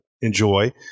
enjoy